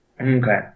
Okay